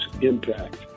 impact